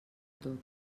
tot